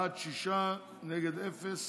בעד, שישה, נגד אפס,